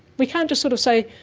we can't just sort of say,